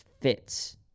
fits